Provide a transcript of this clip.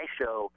show